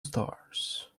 stars